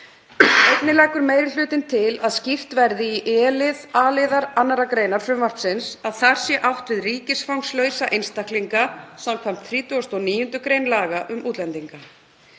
Einnig leggur meiri hlutinn til að skýrt verði í e-lið a-liðar 2. gr. frumvarpsins að þar sé átt við ríkisfangslausa einstaklinga skv. 39. gr. laga um útlendinga.